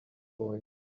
boy